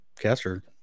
caster